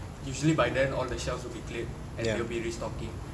usually by then on the shelves will be cleared and they'll be restocking